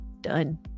done